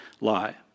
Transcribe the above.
lie